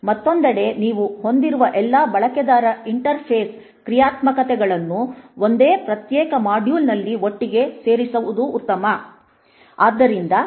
ಮತ್ತೊಂದೆಡೆ ನೀವು ಹೊಂದಿರುವ ಎಲ್ಲಾ ಬಳಕೆದಾರ ಇಂಟರ್ಫೇಸ್ ಕ್ರಿಯಾತ್ಮಕತೆಗಳನ್ನು ಒಂದೇ ಪ್ರತ್ಯೇಕ ಮಾಡ್ಯೂಲ್ನಲ್ಲಿ ಒಟ್ಟಿಗೆ ಸೇರಿಸುವುದು ಉತ್ತಮ